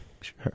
Sure